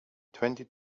twenty